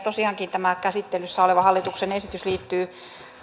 tosiaankin tämä käsittelyssä oleva hallituksen esitys liittyy